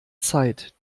zeit